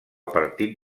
partit